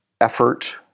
effort